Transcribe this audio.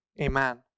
Amen